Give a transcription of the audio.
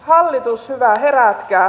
hallitus hyvä herätkää